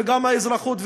וגם מהאזרחות,